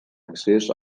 accés